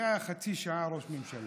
היה חצי שעה ראש ממשלה,